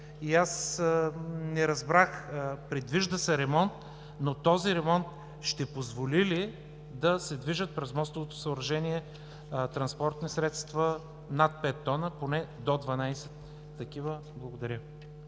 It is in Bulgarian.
и аз не разбрах, предвижда се ремонт, но този ремонт ще позволи ли да се движат през мостовото съоръжение транспортни средства над 5 т, поне до 12 такива? Благодаря.